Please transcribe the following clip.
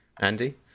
Andy